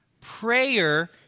Prayer